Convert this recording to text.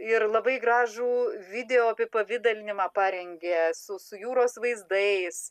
ir labai gražų video apipavidalinimą parengė su su jūros vaizdais